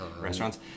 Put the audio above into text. restaurants